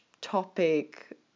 topic